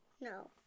No